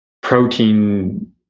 protein